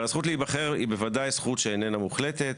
אבל הזכות להיבחר היא בוודאי זכות שאיננה מוחלטת.